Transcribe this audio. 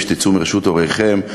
כשתצאו מרשות הוריכם,